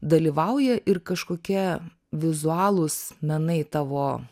dalyvauja ir kažkokia vizualūs menai tavo